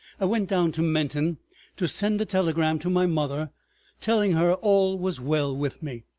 went down to menton to send a telegram to my mother telling her all was well with me.